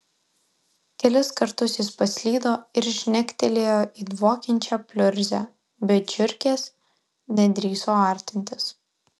kelis kartus jis paslydo ir žnektelėjo į dvokiančią pliurzę bet žiurkės nedrįso artintis